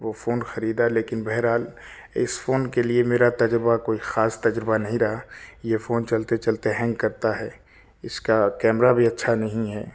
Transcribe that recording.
وہ فون خریدا لیکن بہرحال اس فون کے لیے میرا تجربہ کوئی خاص تجربہ نہیں رہا یہ فون چلتے چلتے ہینگ کرتا ہے اس کا کیمرہ بھی اچھا نہیں ہے